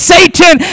Satan